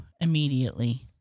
immediately